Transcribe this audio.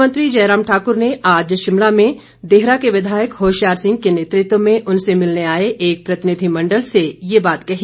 मुख्यमंत्री जयराम ठाकुर ने आज शिमला में देहरा के विधायक होशियार सिंह के नेतृत्व में उनसे मिलने आए एक प्रतिनिधिमंडल से ये बात कही